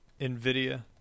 NVIDIA